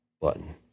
button